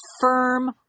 Firm